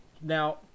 Now